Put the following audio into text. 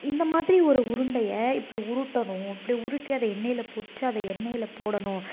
இந்த மாதிரி ஒரு உருண்டையை இப்படி உருட்டனும் இப்படி உருட்டி அதை எண்ணெயில் பொறிச்சு அதை எண்ணெயில் போடணும்